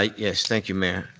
ah yes. thank you, mayor.